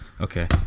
Okay